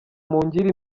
mungire